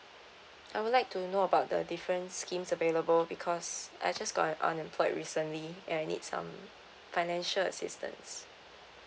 I would like to know about the different schemes available because I just got unemployed recently and I need some financial assistance